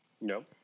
No